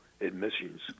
admissions